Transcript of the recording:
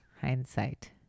hindsight